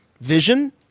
vision